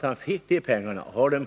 Han har nämligen bara fått dessa pengar